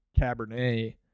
cabernet